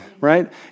Right